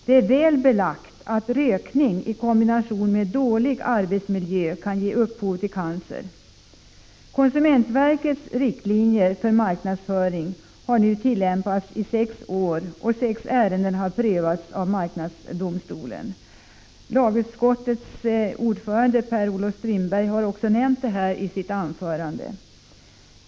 Det är väl belagt att rökning i kombination med dålig arbetsmiljö kan ge upphov till cancer. Konsumentverkets riktlinjer för marknadsföring har nu tillämpats i sex år, och sex ärenden har prövats av marknadsdomstolen. Lagutskottets ordförande Per-Olof Strindberg har också nämnt detta i sitt anförande.